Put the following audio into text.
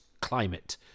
climate